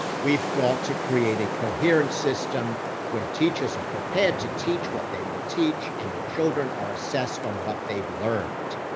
we've got to create a coherent system where teachers are prepared to teach what they will teach, and the children are assessed on what they've learned.